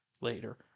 later